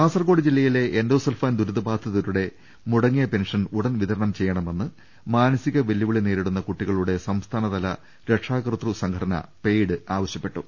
കാസർകോട് ജില്ലയിലെ എൻഡോസൾഫാൻ ദുരിത ബാധിതരുടെ മുടങ്ങിയ പെൻഷൻ ഉടൻ വിതരണം ചെയ്യണമെന്ന് മാനസിക വെല്ലുവിളി നേരിടുന്ന കുട്ടികളുടെ സംസ്ഥാനതല രക്ഷാകർതൃ സംഘടന പെയ്ഡ് ആവശ്യപ്പെട്ടു